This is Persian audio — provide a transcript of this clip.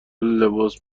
لباس